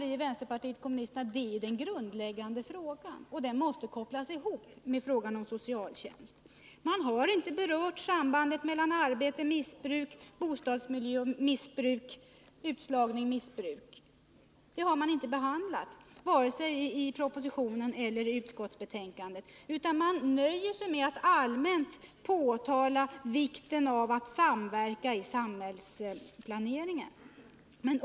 I vänsterpartiet kommunisterna menar vi att det är den grundläggande frågan, och den måste kopplas ihop med frågan om socialtjänst. Sambandet arbete-missbruk, bostadsmiljömissbruk, utslagning-missbruk har inte berörts. Den frågan har man inte behandlat vare sig i propositionen eller i utskottsbetänkandet, utan man nöjer sig med att allmänt peka på vikten av att samverka i samhällsplaneringen.